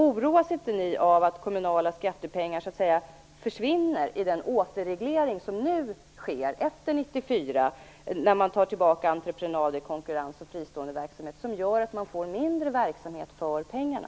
Oroas ni inte av att kommunala skattepengar så att säga försvinner i den återreglering som nu sker, alltså efter 1994, när man tar tillbaka entreprenader, konkurrens och fristående verksamhet? Det gör ju att man får mindre verksamhet för pengarna.